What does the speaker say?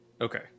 Okay